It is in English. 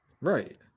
Right